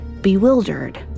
bewildered